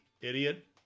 idiot